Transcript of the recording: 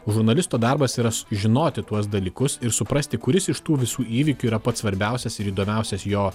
žurnalisto darbas yra žinoti tuos dalykus ir suprasti kuris iš tų visų įvykių yra pats svarbiausias ir įdomiausias jo